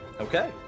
Okay